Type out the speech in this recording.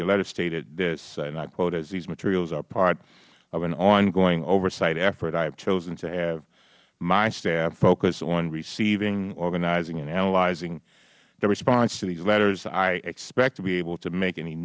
your letter stated this and i quote it these materials are part of an ongoing oversight effort i have chosen to have my staff focus on receiving organizing and analyzing the response to these letters i expect to be able to make an